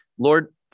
Lord